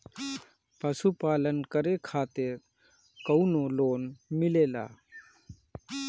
पशु पालन करे खातिर काउनो लोन मिलेला?